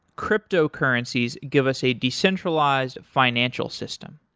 cryptocurrencies give us a decentralized financial system.